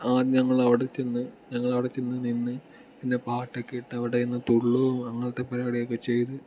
ആദ്യം ഞങ്ങൾ അവിടെ ചെന്ന് ഞങ്ങൾ അവിടെ ചെന്ന് നിന്ന് പിന്നെ പാട്ടൊക്കെ ഇട്ട് അവിടെ നിന്ന് തുള്ളുവോം അങ്ങനത്തെ പരുപാടിയൊക്കെ ചെയ്ത്